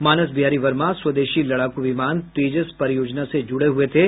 मानस बिहारी वर्मा स्वदेशी लड़ाकू विमान तेजस परियोजना से जुड़े हुए थे